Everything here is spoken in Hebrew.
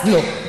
אז לא.